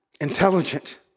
intelligent